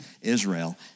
Israel